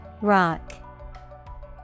Rock